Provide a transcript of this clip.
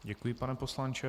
Děkuji, pane poslanče.